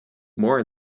more